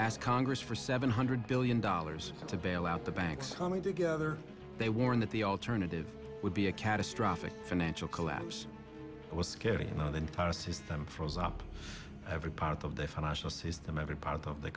asked congress for seven hundred billion dollars to bail out the banks coming together they warned that the alternative would be a catastrophic financial collapse it was scary you know the entire system froze up every part of the financial system every part of the